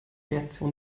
reaktion